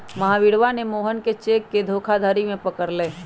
महावीरवा ने मोहन के चेक के धोखाधड़ी में पकड़ लय